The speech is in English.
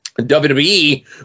WWE